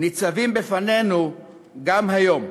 ניצבים בפנינו גם היום.